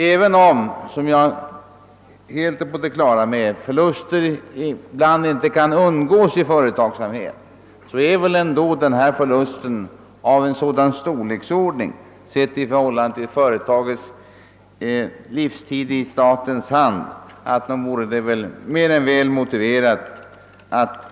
även om — vilket jag är helt på det klara med — förluster ibland inte kan undvikas inom olika verksamhetsgrenar, är den här aktuella förlusten av en sådan storleksordning, med hänsyn till Durox tid som statligt företag, att en utförlig redogörelse är mer än väl motiverad.